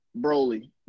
Broly